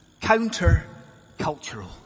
counter-cultural